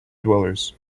dwellers